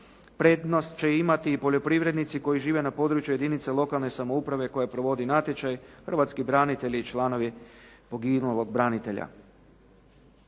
Prednost će imati i poljoprivrednici koji žive na području lokalne samouprave koja provodi natječaj, hrvatski branitelji i članovi poginulog branitelja.